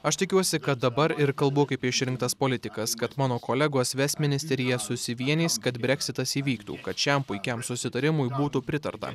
aš tikiuosi kad dabar ir kalbu kaip išrinktas politikas kad mano kolegos ves ministeriją susivienys kad breksitas įvyktų kad šiam puikiam susitarimui būtų pritarta